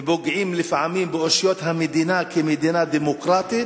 ופוגעים לפעמים באושיות המדינה כמדינה דמוקרטית,